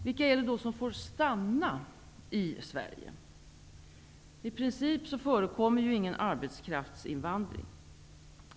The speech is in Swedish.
Vilka är det då som får stanna i Sverige? I princip förekommer ingen arbetskraftsinvandring.